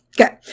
Okay